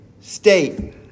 state